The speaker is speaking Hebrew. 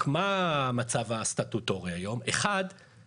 רק שהמצב הסטטוטורי היום